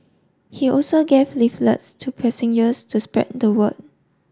he also gave leaflets to passengers to spread the word